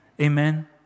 Amen